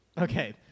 Okay